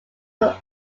were